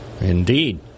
Indeed